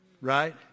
Right